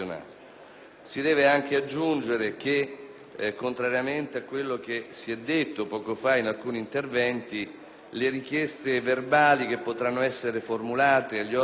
Si deve anche aggiungere che, contrariamente a quanto detto poco fa in alcuni interventi, le richieste verbali che potranno essere formulate agli organi